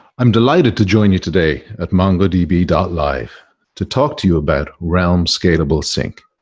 i'm delighted to join you today at mongodb live to talk to you about realm scalable sync.